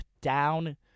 down